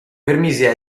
permise